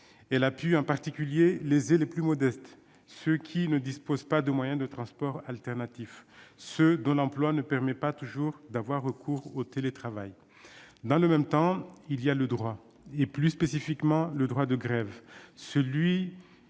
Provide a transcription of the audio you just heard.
Elle a pu, en particulier, léser les plus modestes, ceux qui ne disposent pas de moyen de transport alternatif, ceux dont l'emploi ne permet pas toujours d'avoir recours au télétravail. Dans le même temps, il y a le droit. Et, plus spécifiquement, le droit de grève. Celui-ci